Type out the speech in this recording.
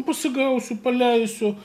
pasigausiu paleisiu